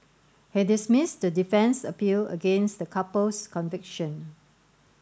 he dismissed the defence appeal against the couple's conviction